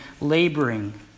laboring